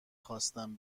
خواستم